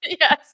Yes